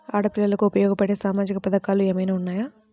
ఆడపిల్లలకు ఉపయోగపడే సామాజిక పథకాలు ఏమైనా ఉన్నాయా?